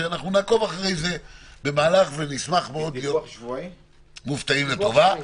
ואנחנו נעקוב אחרי זה ונשמח מאוד להיות מופתעים לטובה.